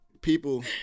people